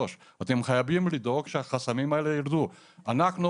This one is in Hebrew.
כמובן בהסכמת החולה, לא